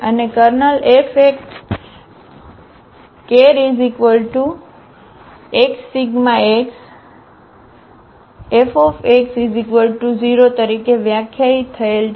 અને kernel F એ Ker x∈XFx0 તરીકે વ્યાખ્યાયિત થયેલ છે